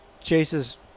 chase's